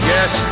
Yes